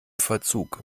verzug